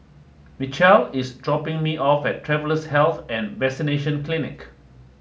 Mitchell is dropping me off at Travellers' Health and Vaccination Clinic